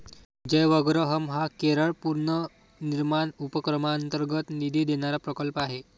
जयवग्रहम हा केरळ पुनर्निर्माण उपक्रमांतर्गत निधी देणारा प्रकल्प आहे